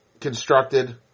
constructed